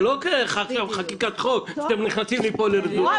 זו לא חקיקת חוק עכשיו שאתם נכנסים לרזולוציות כאלה.